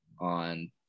on